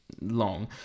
long